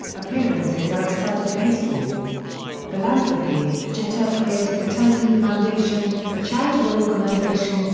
appearances outside of baseball philanthropy jeter created the turn two foundation, a charitable organization,